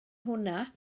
hwnna